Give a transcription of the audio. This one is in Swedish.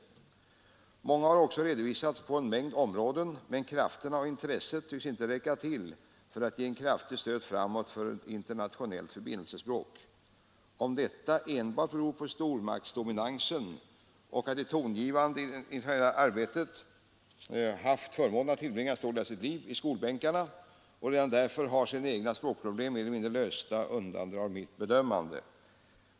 Många sådana frågor har också redovisats på en mängd områden, men krafterna och intresset tycks inte räcka till för att ge en kraftig stöt framåt åt ett internationellt förbindelsespråk. Om detta enbart beror på stormaktsdominansen och på att de tongivande i detta internationella arbete haft förmånen att tillbringa en stor del av sitt liv i skolbänkarna och därför redan har sina egna språkproblem mer eller mindre lösta undandrar sig mitt bedömande.